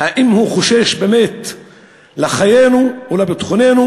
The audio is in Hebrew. האם הוא חושש באמת לחיינו או לביטחוננו?